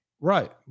Right